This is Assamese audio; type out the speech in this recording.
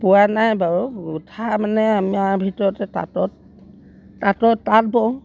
পোৱা নাই বাৰু গুঁঠা মানে আমাৰ ভিতৰতে তাঁত বওঁ